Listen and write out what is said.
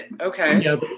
okay